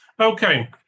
Okay